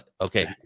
Okay